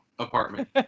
apartment